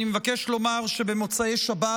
אני מבקש לומר שבמוצאי שבת